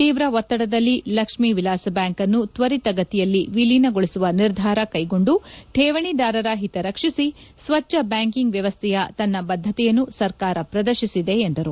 ತೀವ್ರ ಒತ್ತಡದಲ್ಲಿ ಲಕ್ಷ್ಮೀ ವಿಲಾಸ್ ಬ್ಯಾಂಕ್ ಅನ್ನು ತ್ವರಿತಗತಿಯಲ್ಲಿ ವಿಲೀನಗೊಳಿಸುವ ನಿರ್ಧಾರ ಕೈಗೊಂದು ಠೇವಣಿದಾರರ ಹಿತರಕ್ಷಿಸಿ ಸ್ವಚ್ಚ ಬ್ಯಾಂಕಿಂಗ್ ವ್ಯವಸ್ದೆಯ ತನ್ನ ಬದ್ದತೆಯನ್ನು ಸರ್ಕಾರ ಪ್ರದರ್ಶಿಸಿದೆ ಎಂದರು